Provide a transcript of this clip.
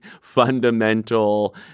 fundamental